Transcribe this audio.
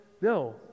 No